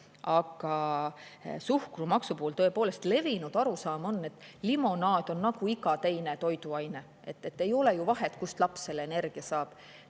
Aga suhkrumaksu puhul on levinud arusaam, et limonaad on nagu iga teine toiduaine, et ei ole ju vahet, kust laps selle energia saab.